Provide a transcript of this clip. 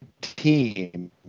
team